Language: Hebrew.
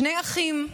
שני אחים,